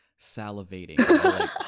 salivating